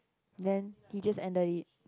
then you just ended it